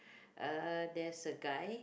uh there's a guy